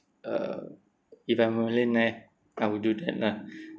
uh if I'm a millionaire I would do that lah